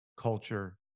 culture